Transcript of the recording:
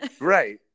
Right